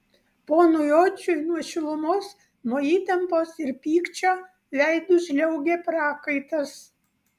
ponui odžiui nuo šilumos nuo įtampos ir pykčio veidu žliaugė prakaitas